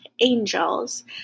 angels